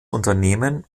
unternehmen